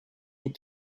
les